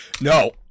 no